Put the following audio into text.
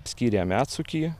skyrė medsukį